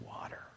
water